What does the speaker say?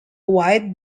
white